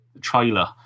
trailer